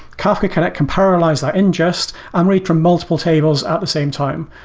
kafka connect can parallelize that ingest and read from multiple tables at the same time.